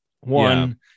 One